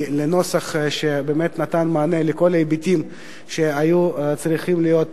לנוסח שבאמת נתן מענה לכל ההיבטים שהיו צריכים להיות בחוק.